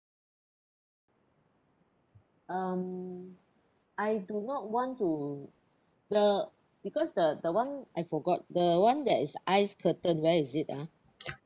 um I do not want to the because the the one I forgot the one that is ice curtain where is it ah